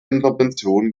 intervention